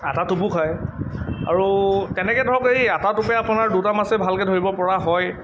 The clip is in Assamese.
আটা টোপো খায় আৰু তেনেকৈ ধৰক এই আটা টোপে আপোনাৰ দুটা মাছেই ভালকৈ ধৰিব পৰা হয়